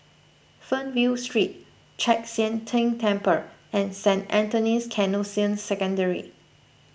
Fernvale Street Chek Sian Tng Temple and Saint Anthony's Canossian Secondary